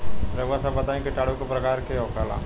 रउआ सभ बताई किटाणु क प्रकार के होखेला?